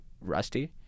rusty